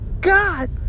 god